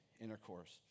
intercourse